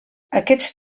aquests